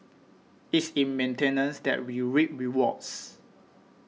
it's in maintenance that we reap rewards